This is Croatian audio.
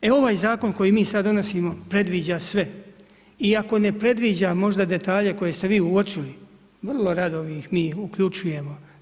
E, ovaj Zakon koji mi sada donosimo predviđa sve i ako ne predviđa možda detalje koje ste vi uočili, vrlo rado mi ih uključujemo.